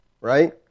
right